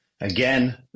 Again